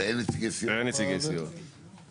אם נעשית איזה שהיא פעילות והוא במסגרת הכללים,